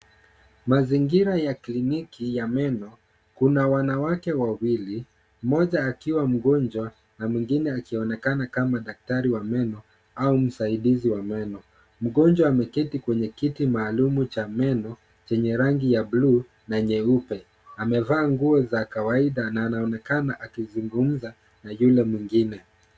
Mazingira ya kliniki ya meno, kuna wanawake wawili mmoja akiwa mgonjwa na mwingine akionekana kama daktari wa meno au msaidizi wa meno. Mgonjwa ameketi kwenye kiti maalumu cha meno chenye rangi ya bluu na nyeupe. Amevaa nguo za kawaida na anaonekana akizungumza na yule.